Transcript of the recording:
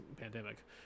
pandemic